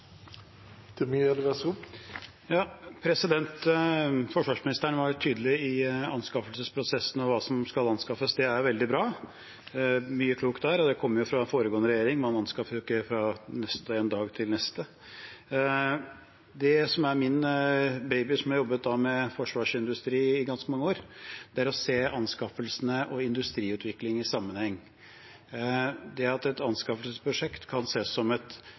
det kommer fra den foregående regjeringen; man anskaffer jo ikke fra en dag til den neste. Det som er min baby, og som jeg jobbet med i forsvarsindustrien i ganske mange år, er å se anskaffelser og industriutvikling i sammenheng. Et anskaffelsesprosjekt kan ses som en utgift til inntekts ervervelse ved at teknologien utvikles og antallet arbeidsplasser øker, og ved at vi blir et